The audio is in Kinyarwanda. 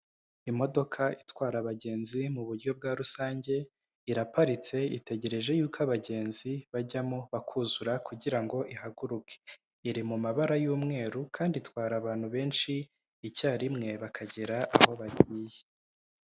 Imodoka itwara abagenzi mu buryo bwa rusange iraparitse itegereje yuko abagenzi bajyamo bakuzura kugira ngo ihaguruke, iri mu mabara y'umweru kandi itwara abantu benshi icyarimwe bakagera aho bagiye.